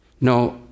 No